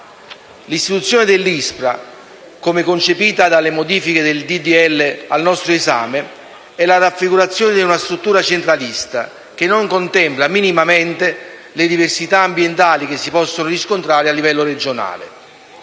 L'istituzione dell'ISPRA, come concepita dalle modifiche del disegno di legge al nostro esame, è la raffigurazione di una struttura centralista che non contempla minimamente le diversità ambientali che si possono riscontrare a livello regionale.